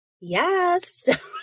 yes